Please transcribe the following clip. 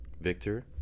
Victor